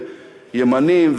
ימנים,